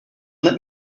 let